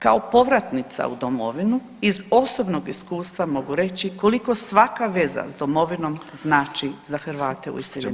Kao povratnica u domovinu iz osobnog iskustva mogu reći koliko svaka veza s domovinom znači za Hrvata u iseljeništvu.